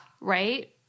Right